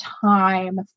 time